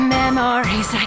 memories